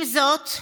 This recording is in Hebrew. עם זאת,